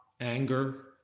anger